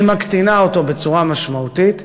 מקטינה אותו בצורה משמעותית,